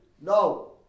no